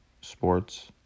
sports